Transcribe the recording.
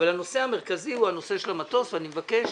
אבל הנושא המרכזי הוא הנושא של המטוס, ואני מבקש